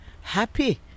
happy